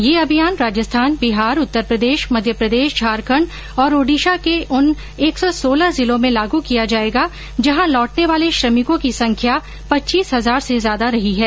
यह अभियान राजस्थान बिहार उत्तर प्रदेश मध्य प्रदेश झारखंड और ओडीशा के उन एक सौ सोलह जिलों में लागू किया जाएगा जहां लौटने वाले श्रमिकों की संख्या पच्चीस हजार से ज्यादा रही है